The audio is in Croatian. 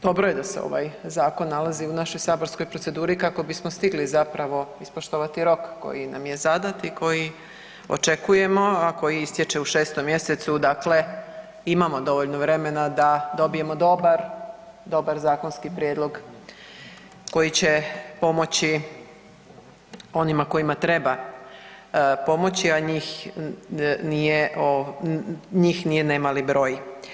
Dobro je da se ovaj zakon nalazi u našoj saborskoj proceduri kako bismo stigli zapravo ispoštovati rok koji nam je zadat i koji očekujemo, a koji istječe u 6. mjesecu, dakle imamo dovoljno vremena da dobijemo dobar, dobar zakonski prijedlog koji će pomoći onima kojima treba pomoći, a njih nije nemali broj.